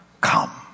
come